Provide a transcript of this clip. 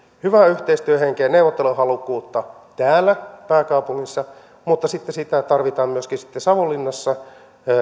hyvää yhteistyöhenkeä ja neuvotteluhalukkuutta täällä pääkaupungissa mutta sitten sitä tarvitaan myöskin savonlinnassa